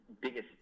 biggest